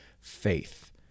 faith